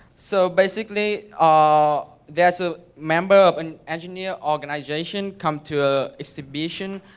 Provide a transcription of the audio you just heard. so basically, ah there's a member of an engineer organization come to ah exhibition